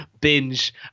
binge